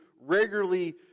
regularly